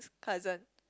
cousin